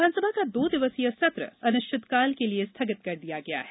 विधानसभा का दो दिवसीय सत्र अनिश्चितकाल के लिए स्थगित कर दिया गया है